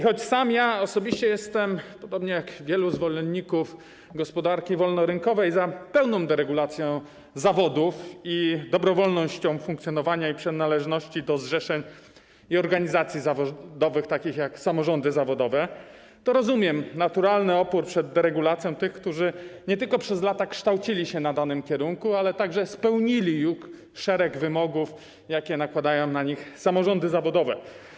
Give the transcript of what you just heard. Choć ja sam osobiście jestem, podobnie jak wiele innych osób, zwolennikiem gospodarki wolnorynkowej, jestem za pełną deregulacją zawodów i dobrowolnością funkcjonowania i przynależności do zrzeszeń i organizacji zawodowych takich jak samorządy zawodowe, to rozumiem naturalny opór przed deregulacją tych, którzy nie tylko przez lata kształcili się na danym kierunku, ale także spełnili już szereg wymogów, jakie nakładają na nich samorządy zawodowe.